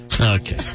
Okay